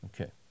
okay